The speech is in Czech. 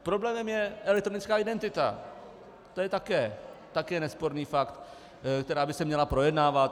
Problémem je elektronická identita, to je také nesporný fakt, která by se měla projednávat.